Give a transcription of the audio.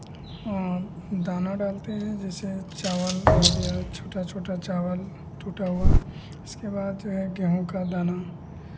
दाना डालते हैं जैसे चावल हो गया छोटा छोटा चावल टूटा हुआ इसके बाद गेहूँ का दाना